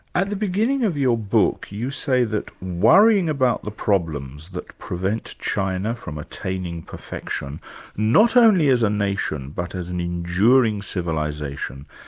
at the beginning of your book, you say that worrying about the problems that prevent china from attaining perfection not only as a nation but as an enduring civilisation,